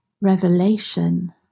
revelation